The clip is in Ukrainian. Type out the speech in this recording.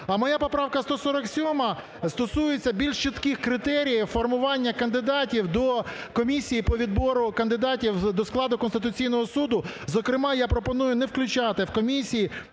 А моя поправка 147 стосується більш чітких критеріїв формування кандидатів до комісії по відбору кандидатів до складу Конституційного Суду. Зокрема я пропоную не включати в комісії